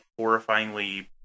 horrifyingly